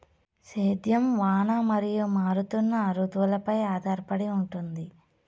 సేద్యం వాన మరియు మారుతున్న రుతువులపై ఆధారపడి ఉంటుంది